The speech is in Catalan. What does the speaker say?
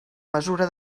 mesura